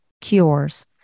Cures